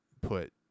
put